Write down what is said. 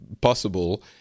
possible